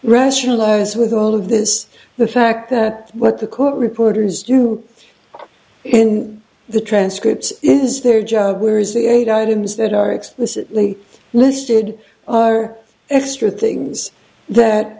rationalize with all of this the fact that what the court reporters do in the transcripts is their job whereas the eight items that are explicitly listed are extra things that